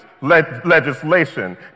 legislation